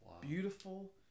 Beautiful